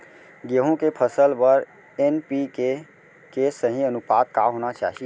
गेहूँ के फसल बर एन.पी.के के सही अनुपात का होना चाही?